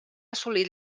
assolit